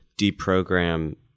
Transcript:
deprogram